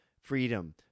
freedom